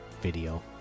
video